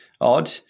odd